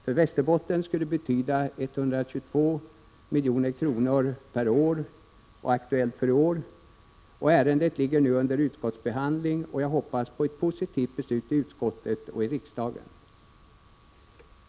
För Västerbotten skulle det betyda 122 milj.kr. per år. Ärendet ligger nu under utskottsbehandling, och jag hoppas på ett positivt beslut i utskottet och i riksdagen.